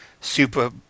super